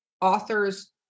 authors